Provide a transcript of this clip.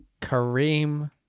Kareem